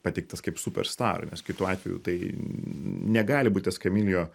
pateiktas kaip superstar nes kitu atveju tai negali būt eskamilijo